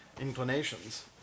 inclinations